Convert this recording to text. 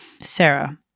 Sarah